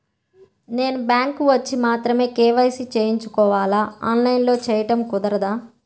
నేను బ్యాంక్ వచ్చి మాత్రమే కే.వై.సి చేయించుకోవాలా? ఆన్లైన్లో చేయటం కుదరదా?